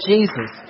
Jesus